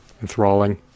enthralling